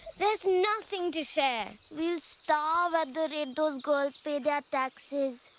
there is nothing to share. we'll starve at the rate those girls pay their taxes.